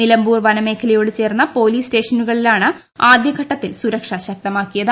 നിലമ്പൂർ പ്ര്യേക്മേഖലയോട് ചേർന്ന പൊലീസ് സ ്റ്റേഷനുകളിലാണ് ആദൃഘട്ടത്തിൽ സുരക്ഷ ശക്തമാക്കിയത്